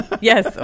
Yes